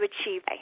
achieve